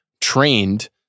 trained